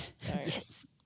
yes